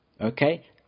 Okay